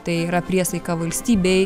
tai yra priesaika valstybei